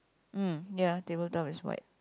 mm ya table top is white